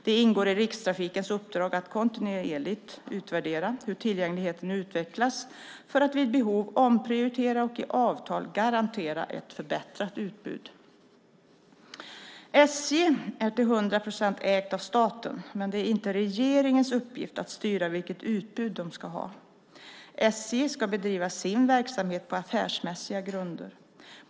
Det ingår i Rikstrafikens uppdrag att kontinuerligt utvärdera hur tillgängligheten utvecklas för att vid behov omprioritera och i avtal garantera ett förbättrat utbud. SJ ägs till 100 procent av staten, men det är inte regeringens uppgift att styra vilket utbud bolaget ska ha. SJ ska bedriva sin verksamhet på affärsmässiga grunder.